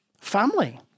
family